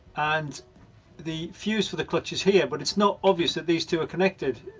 and the fuse for the clutch is here but it's not obvious that these two are connected.